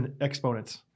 exponents